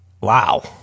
Wow